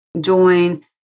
join